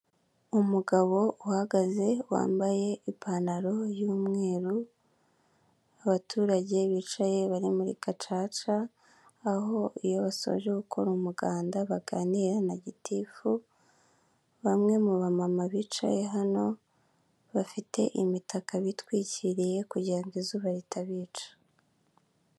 Umugabo uhagaze wambaye ipantaro y'umweru, abaturage bicaye bari muri Gacaca, aho iyo basoje gukora umuganda baganira na gitifu bamwe mu bamama bicaye hano bafite imitaka bitwikiriye kugira ngo izuba ritabica.